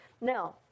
Now